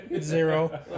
Zero